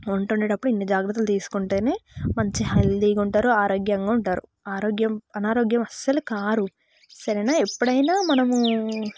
వంట వండేటప్పుడు ఇన్ని జాగ్రత్తలు తీసుకుంటేనే మంచి హెల్దీగా ఉంటారు ఆరోగ్యంగా ఉంటారు ఆరోగ్యం అనారోగ్యం అసలు కారు సరేనా ఎప్పుడైనా మనము